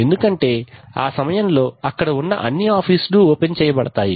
ఎందుకంటే ఆ సమయంలో అక్కడ ఉన్న అన్ని ఆఫీసులూ ఓపెన్ చేయబడతాయి